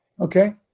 okay